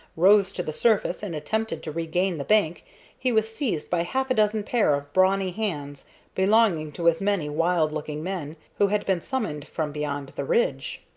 rose to the surface and attempted to regain the bank he was seized by half a dozen pair of brawny hands belonging to as many wild-looking men who had been summoned from beyond the ridge.